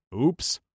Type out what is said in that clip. Oops